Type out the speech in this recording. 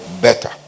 better